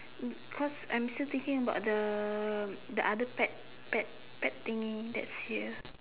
cause I'm still thinking about the the other pad pad pad thingy that's here